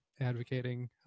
advocating